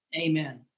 Amen